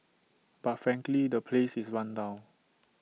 but frankly the place is run down